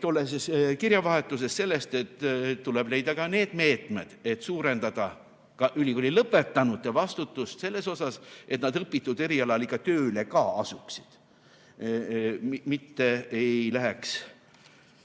tollases kirjavahetuses juttu sellest, et tuleb leida meetmed, et suurendada ülikooli lõpetanute vastutust selles osas, et nad õpitud erialal ikka tööle ka asuksid, mitte ei läheks